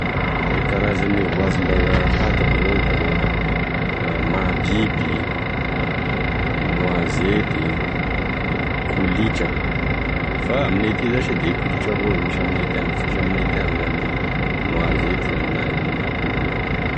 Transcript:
E karazagne voanjombazaha fantako zao da mahabiby, noisette, kolitra fa aminay ty zany she da e kolitra avao e misy aminay ty any fa tsy misy aminay ty any zany noisette zany na mahabiby zany.